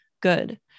good